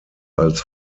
als